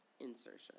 Insertion